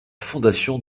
fondation